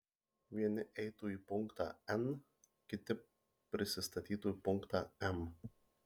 vieni eitų į punktą n kiti prisistatytų į punktą m